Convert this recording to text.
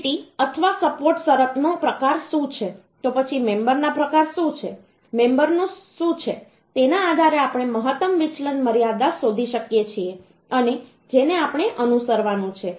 fixity અથવા support શરતનો પ્રકાર શું છે તો પછી મેમબરના પ્રકાર શું છે મેમબરશું છે તેના આધારે આપણે મહત્તમ વિચલન મર્યાદા શોધી શકીએ છીએ અને જેને આપણે અનુસરવાનું છે